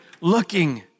looking